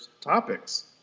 topics